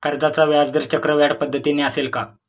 कर्जाचा व्याजदर चक्रवाढ पद्धतीने असेल का?